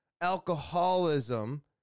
alcoholism